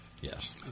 Yes